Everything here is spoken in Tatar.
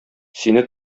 сине